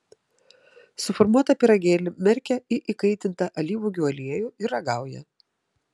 suformuotą pyragėlį merkia į įkaitintą alyvuogių aliejų ir ragauja